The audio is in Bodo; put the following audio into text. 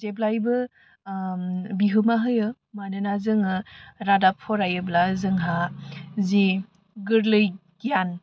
जेब्लाबो बिहोमा होयो मानोना जोङो रादाब फरायोब्ला जोंहा जि गोरलै गियान